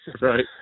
right